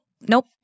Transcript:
nope